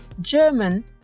German